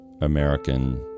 American